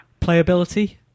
playability